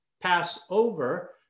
Passover